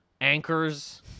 anchors